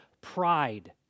pride